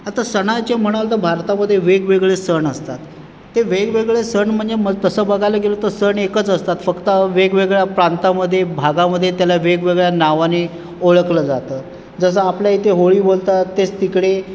आता सणाचे म्हणाल तर भारतामध्ये वेगवेगळे सण असतात ते वेगवेगळे सण म्हणजे मग तसं बघायला गेलो तर सण एकच असतात फक्त वेगवेगळ्या प्रांतामधे भागामधे त्याला वेगवेगळ्या नावाने ओळखलं जातं जसं आपल्या इथे होळी बोलतात तेच तिकडे